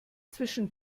zwischen